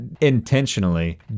intentionally